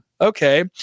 okay